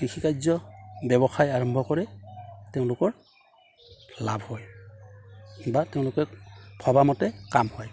কৃষি কাৰ্য ব্যৱসায় আৰম্ভ কৰে তেওঁলোকৰ লাভ হয় বা তেওঁলোকে ভবামতে কাম হয়